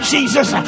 Jesus